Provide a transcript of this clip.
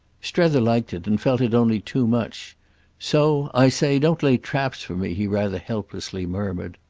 strether liked it and felt it only too much so i say, don't lay traps for me! he rather helplessly murmured.